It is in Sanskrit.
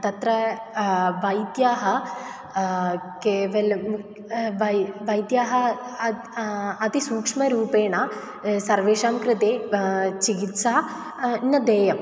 तत्र वैद्याः केवलं वा वैद्याः अतः अतिसूक्ष्मरूपेण सर्वेषां कृते चिकित्सा न देया